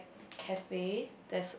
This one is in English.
cafe there's